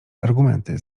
argumenty